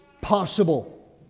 possible